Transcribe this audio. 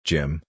Jim